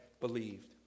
believed